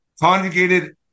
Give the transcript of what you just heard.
conjugated